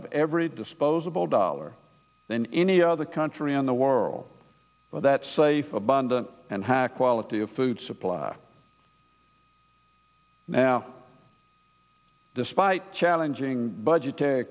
of every disposable dollar than any other country in the world that safe abundant and hack quality of food supply now despite challenging budgetary